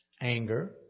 anger